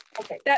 Okay